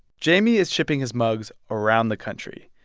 jayme is shipping his mugs around the country,